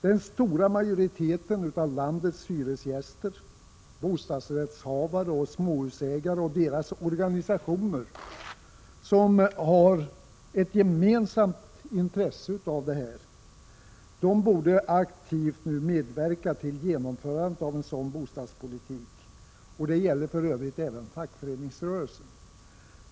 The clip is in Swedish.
Den stora majoriteten av landets hyresgäster, bostadsrättshavare och småhusägare och deras organisationer som har ett gemensamt intresse av det här borde nu aktivt medverka till genomförandet av en sådan bostadspolitik — det gäller för övrigt även fackföreningsrörelsen.